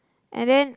and then